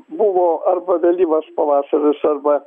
buvo arba vėlyvas pavasaris arba